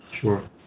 Sure